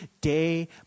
day